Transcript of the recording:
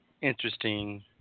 interesting